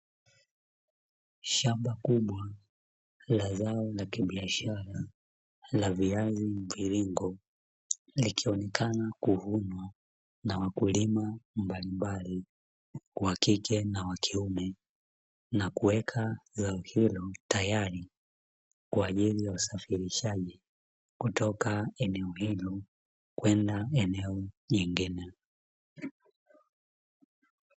Shamba kubwa la zao la kibiashara la viazi mviringo likionekana kuvunwaa na wakulima mbalimabli wakike na wa kiume, na kuweka zao hilo tayali kwa ajili ya usafirishaji kutoka eneo hilo kwenda eneo lingine.